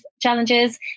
challenges